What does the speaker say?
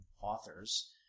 authors